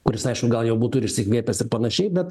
kuris aišku gal jau būtų ir išsikvėpęs ir panašiai bet